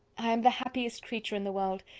i am the happiest creature in the world.